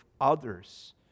Others